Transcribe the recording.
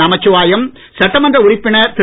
நமச்சிவாயம் சட்டமன்ற உறுப்பினர் திரு